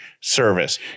service